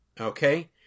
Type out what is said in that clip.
Okay